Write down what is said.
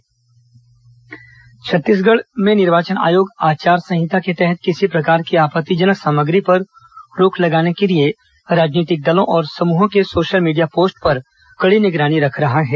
मुख्य निर्वाचन पदाधिकारी सोशल मीडिया छत्तीसगढ़ में निर्वाचन आयोग आचार संहिता के तहत किसी प्रकार की आपत्तिजनक सामग्री पर रोक लगाने के लिये राजनीतिक दलों और समुहों के सोशल मीडिया पोस्ट पर कड़ी निगरानी रख रहा है